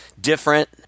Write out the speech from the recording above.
different